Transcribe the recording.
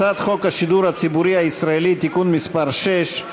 הצעת חוק השידור הציבורי הישראלי (תיקון מס' 6),